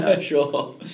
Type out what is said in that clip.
Sure